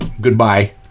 goodbye